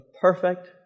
perfect